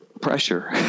pressure